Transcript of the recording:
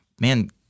man